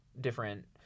different